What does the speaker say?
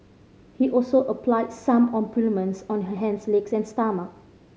he also applied some on her hands legs and stomach